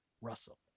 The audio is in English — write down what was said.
Russell